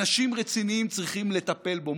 אנשים רציניים צריכים לטפל בו,